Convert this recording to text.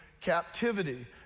captivity